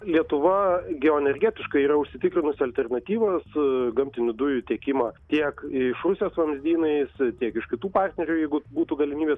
lietuva geoenergetiškai yra užsitikrinusi alternatyvą su gamtinių dujų tiekimą tiek iš rusijos vamzdynais tiek iš kitų partnerių jeigu būtų galimybė